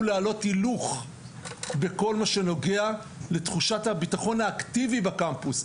להעלות הילוך בכל מה שנוגע לתחושת הבטחון האקטיבי בקמפוס.